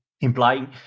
implying